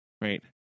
right